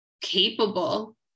capable